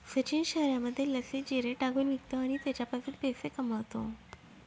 सचिन शहरामध्ये लस्सीत जिरे टाकून विकतो आणि त्याच्यापासून पैसे कमावतो